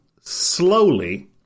slowly